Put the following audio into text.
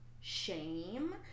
shame